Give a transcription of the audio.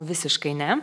visiškai ne